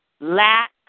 Lack